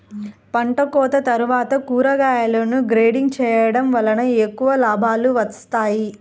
పంటకోత తర్వాత కూరగాయలను గ్రేడింగ్ చేయడం వలన ఎక్కువ లాభాలు వస్తాయి